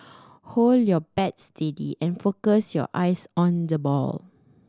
hold your bat steady and focus your eyes on the ball